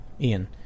ian